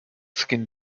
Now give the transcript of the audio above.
skin